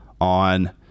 on